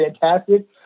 fantastic